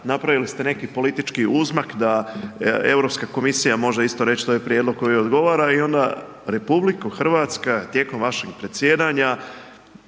napravili ste neki politički uzmak da Europska komisija može isto reći to je prijedlog koji odgovara i ona RH tijekom vašeg predsjedanja,